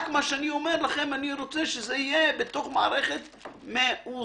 אני רק רוצה שזה יהיה בתוך מערכת מאוזנת,